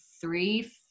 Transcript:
three